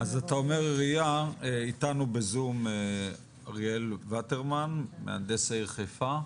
העירייה איתנו בזום, אריאל וטרמן מהנדס העיר חיפה.